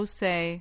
say